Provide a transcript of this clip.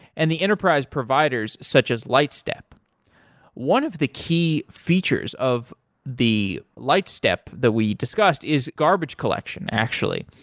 and the enterprise providers such as lightstep one of the key features of the lightstep that we discussed is garbage collection actually.